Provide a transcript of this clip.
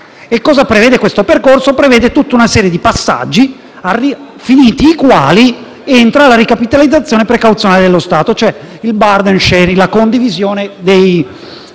E il percorso prevede una serie di passaggi, finiti i quali entra la ricapitalizzazione precauzionale dello Stato, cioè il *burden sharing*, la condivisione dei